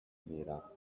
mira